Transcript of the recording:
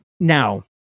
Now